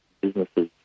businesses